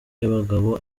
y’abagabo